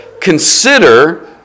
consider